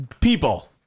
people